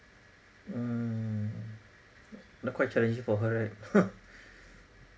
mm but quite challenging for her right